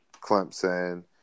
Clemson